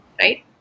right